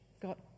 got